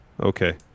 Okay